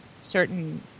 certain